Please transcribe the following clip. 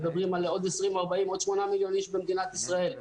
מדברים על עוד 8 מיליון איש במדינת ישראל,